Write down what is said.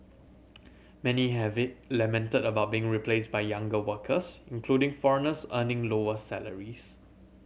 many have it lamented about being replaced by younger workers including foreigners earning lower salaries